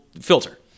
filter